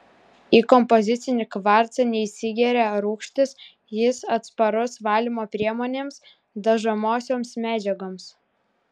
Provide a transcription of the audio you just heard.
į kompozicinį kvarcą neįsigeria rūgštys jis atsparus valymo priemonėms dažomosioms medžiagoms